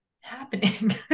happening